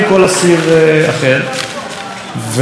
והשאלה הראשונה שאזרחי ישראל שאלו את